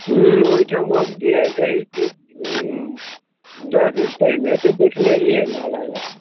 ह्म्म ओहिठाम हम गेल रही दस दिन पहिने तऽ देखने रहियै नाला जकाँ